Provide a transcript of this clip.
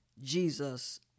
Jesus